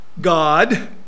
god